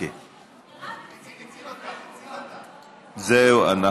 לא נמצא, חבר הכנסת חאג' יחיא, לא